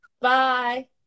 Bye